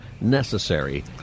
necessary